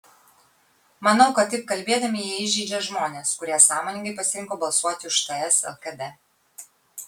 manau kad taip kalbėdami jie įžeidžia žmones kurie sąmoningai pasirinko balsuoti už ts lkd